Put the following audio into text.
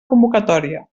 convocatòria